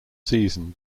season